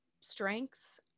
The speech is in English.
strengths